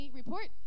report